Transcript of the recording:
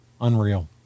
unreal